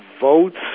votes